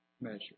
measure